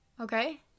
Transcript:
Okay